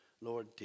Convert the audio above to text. Lord